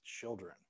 children